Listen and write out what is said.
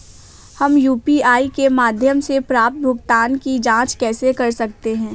हम यू.पी.आई के माध्यम से प्राप्त भुगतान की जॉंच कैसे कर सकते हैं?